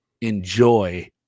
enjoy